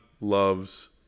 loves